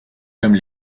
comme